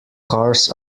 cars